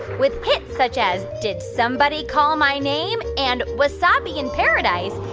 with hits such as did somebody call my name? and wasabi in paradise,